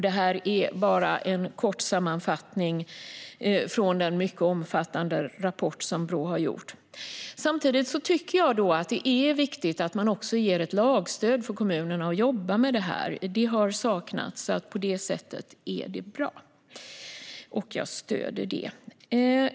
Detta är bara en kort sammanfattning från Brås mycket omfattande rapport. Samtidigt tycker jag att det är viktigt att man också ger ett lagstöd för kommunernas jobb med detta, något som har saknats. Detta är bra, och jag stöder det.